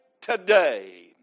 today